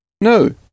No